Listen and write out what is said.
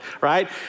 right